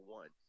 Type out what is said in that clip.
one